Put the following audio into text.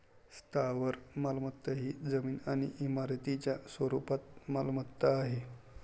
स्थावर मालमत्ता ही जमीन आणि इमारतींच्या स्वरूपात मालमत्ता आहे